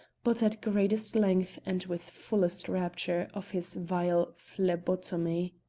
but at greatest length and with fullest rapture of his vile phlebotomy.